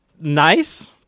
nice